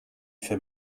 fait